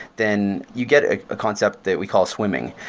then you get a concept that we call swimming,